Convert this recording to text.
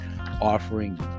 offering